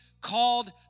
called